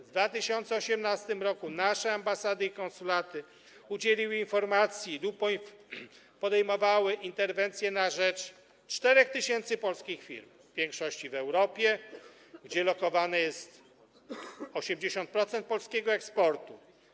W 2018 r. nasze ambasady i konsulaty udzieliły informacji lub podejmowały interwencje na rzecz 4 tys. polskich firm, w większości w Europie, gdzie lokowane jest 80% polskiego eksportu.